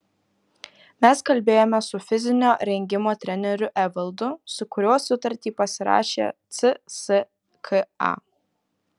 mes kalbėjome su fizinio rengimo treneriu evaldu su kuriuo sutartį pasirašė cska